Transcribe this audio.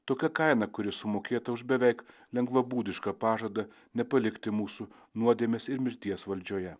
tokia kaina kuri sumokėta už beveik lengvabūdišką pažadą nepalikti mūsų nuodėmės ir mirties valdžioje